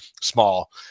small